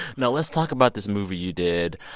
now let's talk about this movie you did.